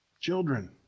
Children